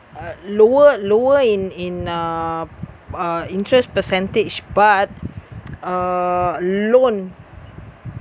uh lower lower in in uh uh interest percentage but uh loan